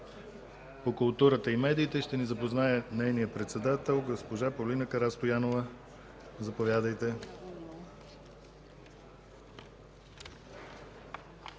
по културата и медиите ще ни запознае нейният председател госпожа Полина Карастоянова. Заповядайте!